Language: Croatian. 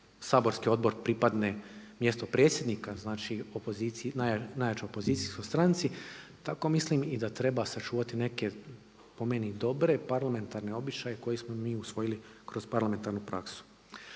saborski odbor pripadne mjestu predsjednika znači opozicije, najjačoj opozicijskoj stranci tako mislim i da treba sačuvati neke po meni dobre parlamentarne običaje koje smo mi usvojili kroz parlamentarnu praksu.